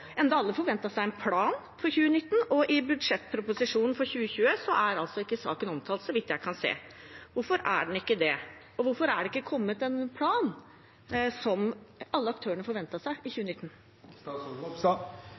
enda alle forventet seg en plan for 2019. Og i budsjettproposisjonen for 2020 er ikke saken omtalt – så vidt jeg kan se. Hvorfor er den ikke det? Og hvorfor er det ikke kommet en plan, som alle aktørene forventet seg i